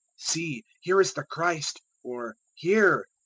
see, here is the christ or here!